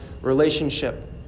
relationship